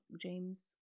James